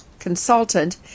Consultant